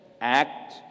act